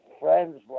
friends